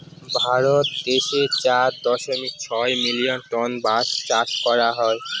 ভারত দেশে চার দশমিক ছয় মিলিয়ন টন বাঁশ চাষ করা হয়